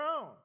own